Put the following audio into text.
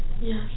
Yes